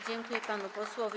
Dziękuję panu posłowi.